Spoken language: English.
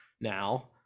now